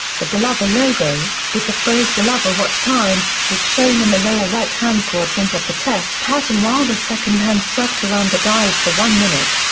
the bulova logo, with the phrase bulova watch time, was shown in the lower right-hand quadrant of the test pattern while the second hand swept around the dial for one minute.